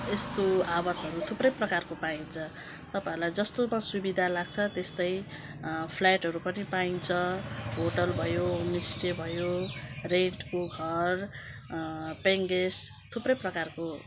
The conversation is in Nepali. यस्तो आवासहरू थुप्रै प्रकारको पाइन्छ तपाईँहरूलाई जस्तोमा सुविधा लाग्छ त्यस्तै फ्ल्याटहरू पनि पाइन्छ होटेल भयो होम स्टे भयो रेन्टको घर पेयिङ गेस्ट थुप्रै प्रकारको